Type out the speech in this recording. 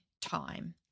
time